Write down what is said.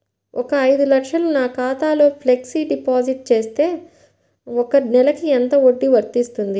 ఒక ఐదు లక్షలు నా ఖాతాలో ఫ్లెక్సీ డిపాజిట్ చేస్తే ఒక నెలకి ఎంత వడ్డీ వర్తిస్తుంది?